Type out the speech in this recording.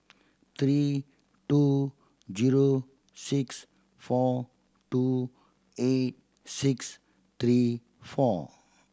three two zero six four two eight six three four